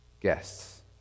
guests